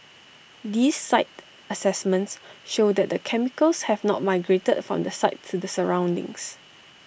these site assessments show that the chemicals have not migrated from the site to the surroundings